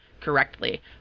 correctly